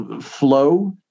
flow